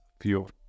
fuel